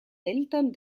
eltern